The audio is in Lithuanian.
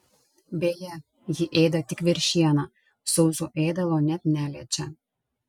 beje ji ėda tik veršieną sauso ėdalo net neliečia